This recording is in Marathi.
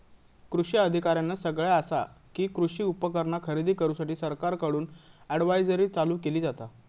कृषी अधिकाऱ्यानं सगळ्यां आसा कि, कृषी उपकरणा खरेदी करूसाठी सरकारकडून अडव्हायजरी चालू केली जाता